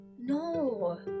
no